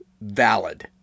valid